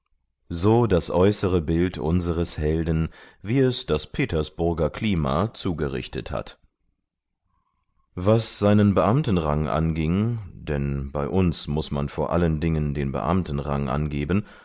so das äußere bild unseres helden wie es das petersburger klima zugerichtet hat was seinen beamtenrang anging denn bei uns muß man vor allen dingen den beamtenrang angeben